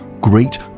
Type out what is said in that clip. Great